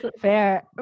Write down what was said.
Fair